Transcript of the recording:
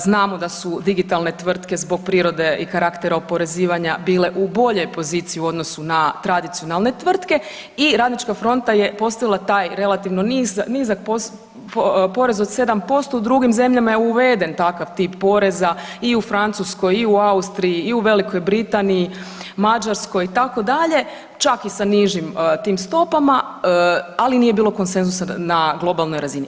Znamo da su digitalne tvrtke zbog prirode i karaktera oporezivanja bile u boljoj poziciji u odnosu na tradicionalne tvrtke i Radnička fronta je postavila taj relativno nizak porez od 7% u drugim zemljama je uveden takav tip poreza i u Francuskoj, i u Austriji, i u Velikoj Britaniji, Mađarskoj itd. čak i sa nižim tim stopama, ali nije bilo konsenzusa na globalnoj razini.